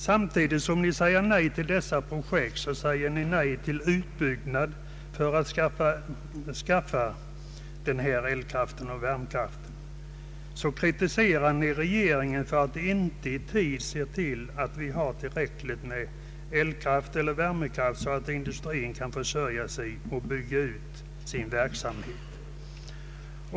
Samtidigt som ni säger nej till dessa projekt, således säger nej till att skaffa den vattenkraft och värmekraft som behövs, kritiserar ni regeringen för att den inte i tid ser till att vi har tillräckligt med vattenoch värmekraft så att industrin kan försörja sig och även bygga ut sin verksamhet.